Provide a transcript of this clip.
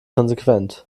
konsequent